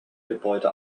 gebäude